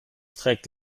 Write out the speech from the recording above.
streckt